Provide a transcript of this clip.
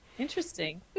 Interesting